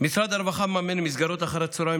משרד הרווחה מממן מסגרות אחר הצוהריים